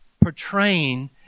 portraying